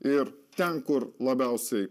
ir ten kur labiausiai